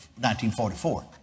1944